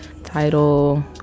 Title